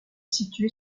située